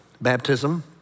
baptism